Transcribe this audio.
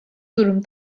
durum